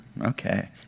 okay